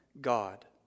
God